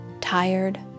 tired